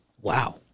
Wow